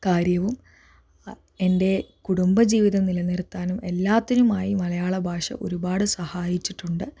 കാര്യവും എൻ്റെ കുടുംബ ജീവിതം നിലനിർത്താനും എല്ലാത്തിനുമായി മലയാള ഭാഷ ഒരുപാട് സഹായിച്ചിട്ടുണ്ട്